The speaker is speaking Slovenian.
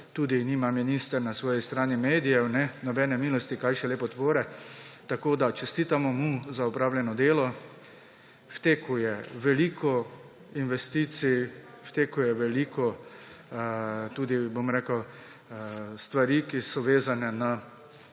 tudi nima minister na svoji strani medijev – nobene milosti, kaj šele podpore. Tako da mu čestitamo za opravljeno delo. V teku je veliko investicij, v teku je veliko tudi stvari, ki so vezane na